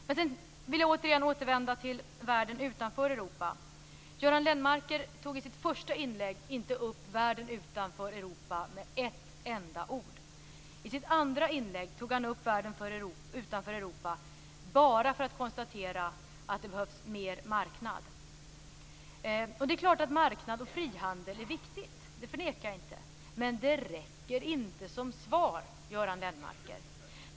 Jag vill återigen återvända till världen utanför Europa. Göran Lennmarker tog i sitt första inlägg inte upp världen utanför Europa med ett enda ord. I sitt andra inlägg tog han upp världen utanför Europa bara för att konstatera att det behövs mer marknad. Det är klart att marknad och frihandel är viktigt. Det förnekar jag inte, men det räcker inte som svar, Göran Lennmarker.